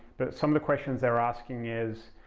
but some of the questions they're asking is,